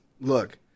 look